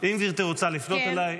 גברתי רוצה לפנות אליי,